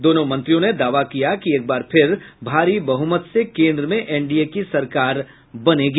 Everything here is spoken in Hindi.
दोनों मंत्रियों ने दावा किया कि एक बार फिर भारी बहुमत से केन्द्र में एनडीए की सरकार बनेगी